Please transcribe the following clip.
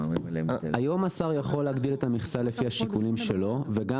היום השר יכול להגדיל את המכסה לפי השיקולים שלו וגם